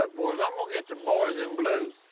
but boys, i'm gonna get the boys in blue.